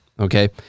Okay